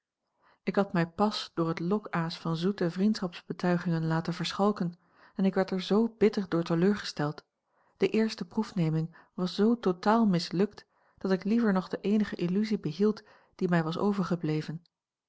ik had mij pas door het lokaas van zoete vriendschapsbetuigingen laten verschalken en ik werd er zoo bitter door teleurgesteld de eerste proefneming was zoo totaal mislukt dat ik liever nog de eenige illusie behield die mij a l g bosboom-toussaint langs een omweg was overgebleven